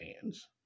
hands